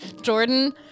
Jordan